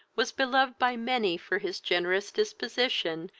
was beloved by many for his generous disposition,